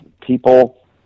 people